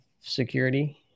security